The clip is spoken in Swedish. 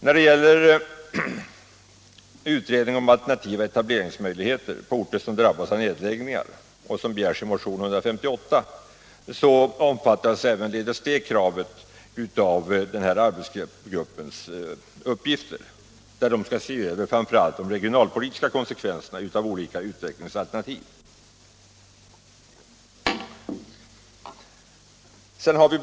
När det gäller den undersökning om alternativa etableringsmöjligheter på orter som drabbas av nedläggningar inom stålindustrin som begärs i motionen 158 kan sägas att även detta krav omfattas av arbetsgruppens uppgifter. Den skall bl.a. se på de regionalpolitiska konsekvenserna av olika utvecklingsalternativ.